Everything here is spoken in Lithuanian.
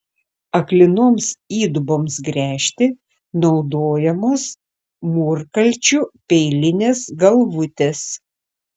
aklinoms įduboms gręžti naudojamos mūrkalčių peilinės galvutės